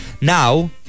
Now